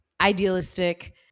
idealistic